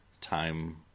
time